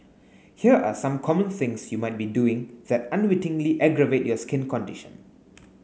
here are some common things you might be doing that unwittingly aggravate your skin condition